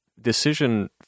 decision